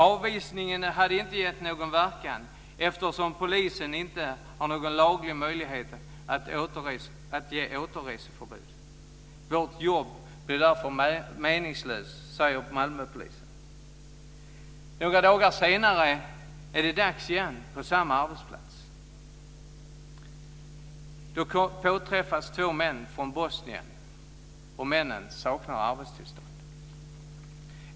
Avvisningen hade inte gett någon verkan eftersom polisen inte har någon laglig möjlighet att ge återreseförbud. Deras jobb blir därför meningslöst, säger Malmöpolisen. Några dagar senare är det dags igen på samma arbetsplats. Då påträffas två män från Bosnien. Männen saknar arbetstillstånd.